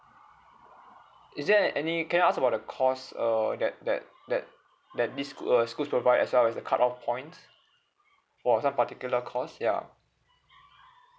is there any can I ask about the cost err that that that that these school err schools provide as well as the cut off point for some particular course ya